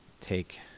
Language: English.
take